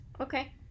okay